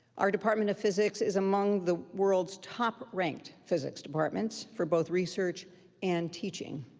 our department of physics is among the world's top ranked physics departments for both research and teaching.